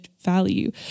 value